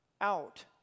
out